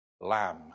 Lamb